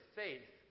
faith